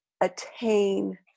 attain